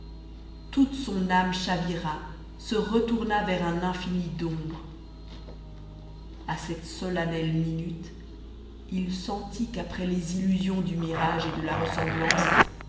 toute son âme chavira se retourna vers un infini d'ombre à cette solennelle minute il sentit qu'après les illusions du mirage et de la ressemblance